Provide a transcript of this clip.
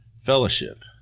Fellowship